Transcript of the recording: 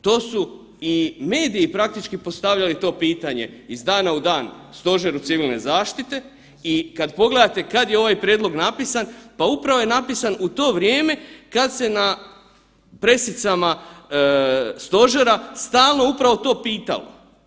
To su i mediji praktički postavljali to pitanje iz dana u dan Stožeru civilne zaštite i kada pogledate kada je ovaj prijedlog napisan, pa upravo je napisan u to vrijeme kada se na pressicama stožera stalno upravo to pitalo.